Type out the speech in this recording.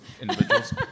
individuals